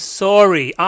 sorry